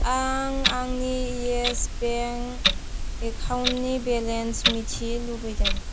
आं आंनि Yes bank एकाउन्टनि बेलेन्स मिथिनो लुबैदों